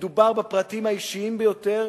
מדובר בפרטים האישיים ביותר,